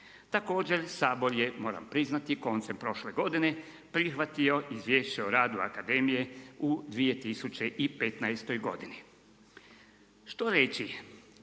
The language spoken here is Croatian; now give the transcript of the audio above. Također Sabor je koncem prošle godine prihvatio Izvješće o radu akademije u 2015. godini. Što reći